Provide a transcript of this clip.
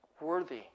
worthy